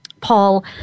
Paul